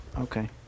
Okay